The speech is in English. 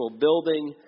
building